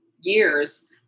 years